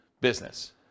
business